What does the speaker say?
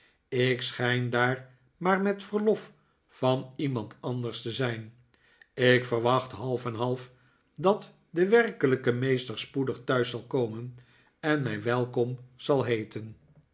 ik schijn daar maar met verlof van iemand anders te zijn ik verwacht half en half dat de werkelijke meester spoedig thuis zal komen en mij welkom zal heeten